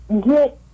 get